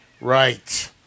Right